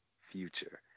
future